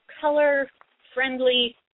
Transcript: color-friendly